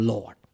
Lord